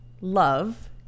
love